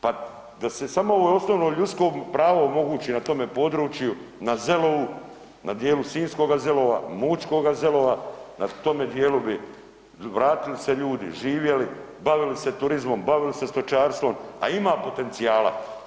Pa da se samo ovo osnovno ljudsko pravo omogući na tome području, na Zelovu, na dijelu sinjskoga Zelova, mučkoga Zelova, na tome dijelu bi vratili se ljudi, živjeli, bavili se turizmom, bavili se stočarstvom, a ima potencijala.